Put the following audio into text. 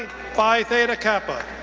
phi theta kappa.